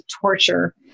torture